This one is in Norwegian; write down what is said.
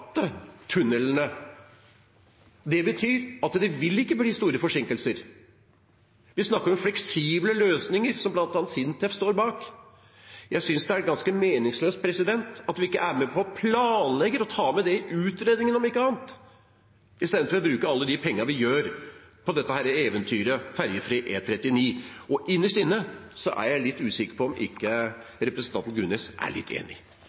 tunnelene. Det betyr at det ikke vil bli store forsinkelser. Vi snakker om fleksible løsninger, som bl.a. SINTEF står bak. Jeg synes det er ganske meningsløst at vi ikke er med på å planlegge og ta med det i utredningen om ikke annet, i stedet for å bruke alle de pengene vi gjør på dette eventyret ferjefri E39. Jeg litt usikker på om ikke representanten Gunnes innerst inne er litt enig.